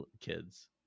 kids